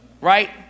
right